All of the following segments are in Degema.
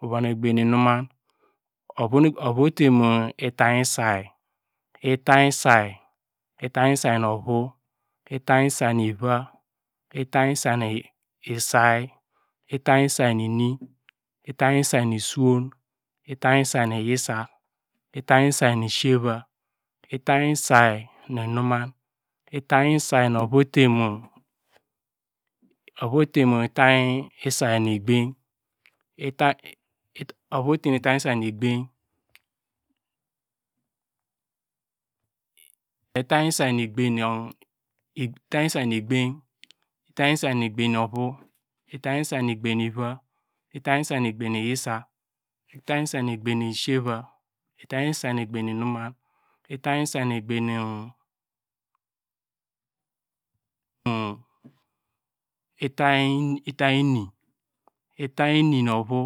Uva nu egbany nu inuman ovu ote mu itany say, itany say, itany say nu ovu; itany say nu iva itany say, itany say nu ini, itany say nu suwon, itany say nu yisa, itany say nu siyeva; itany say nu inuman itany say nu ovu ote mu itany say nu egbany itany say nu egbany, itany say nu egbany nu ovu; itany say nu egbany nu iva; itany say nu egbany nu iyisa, itany say nu egbany nu siyeva itany say nu egbany nu inuman itany ini, itany ini mu ovu;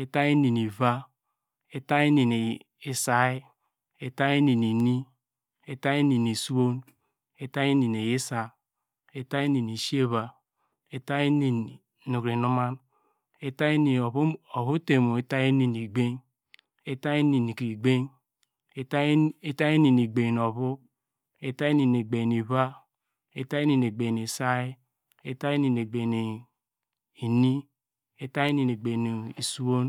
itany ini nu iva; itany ini nu say, itany ini nu ini, itany ini nu sliwon, itany nu yisa, itany ini nu siyeva, itany ini nu kro inuman itany ini, nu ovu ote mu itany nu egbany itany ini mu ebany, itany nu egbany ovu, itany nu egbany iva, itany nu egbany nu say, itany nu egbany nu ini; itany nu egbany suwon.